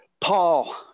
Paul